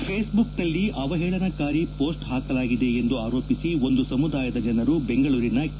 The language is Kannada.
ಫೇಸ್ಬುಕ್ನಲ್ಲಿ ಅವಹೇಳನಕಾರಿ ಪೋಸ್ಟ್ ಹಾಕಲಾಗಿದೆ ಎಂದು ಆರೋಪಿಸಿ ಒಂದು ಸಮುದಾಯದ ಜನರು ಬೆಂಗಳೂರಿನ ಕೆ